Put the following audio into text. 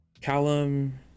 Callum